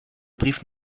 brief